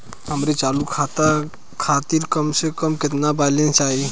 हमरे चालू खाता खातिर कम से कम केतना बैलैंस चाही?